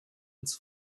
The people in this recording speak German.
ins